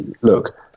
look